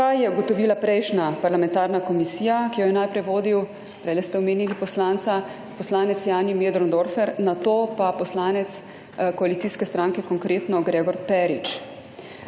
Kaj je ugotovila prejšnja parlamentarna komisija, ki jo je najprej vodil, prejle ste omenili poslanca, poslanec Jani Möderndorfer, nato pa poslanec koalicijske stranke 22. TRAK: (ŠZ)